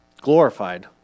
glorified